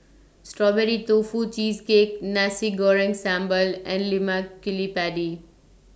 Strawberry Tofu Cheesecake Nasi Goreng Sambal and Lemak Cili Padi